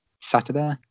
Saturday